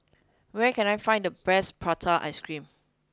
where can I find the best Prata Ice Cream